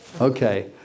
Okay